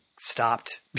stopped